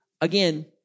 Again